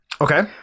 Okay